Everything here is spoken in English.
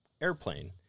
airplane